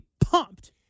pumped